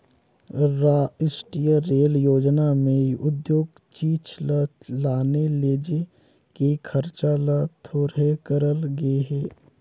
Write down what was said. रास्टीय रेल योजना में उद्योग चीच ल लाने लेजे के खरचा ल थोरहें करल गे हे